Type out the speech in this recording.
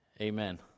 Amen